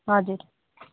हजुर